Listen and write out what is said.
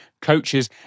coaches